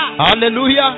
Hallelujah